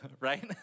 right